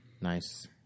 Nice